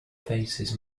faces